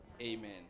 Amen